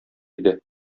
иде